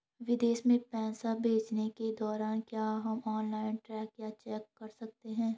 विदेश में पैसे भेजने के दौरान क्या हम ऑनलाइन ट्रैक या चेक कर सकते हैं?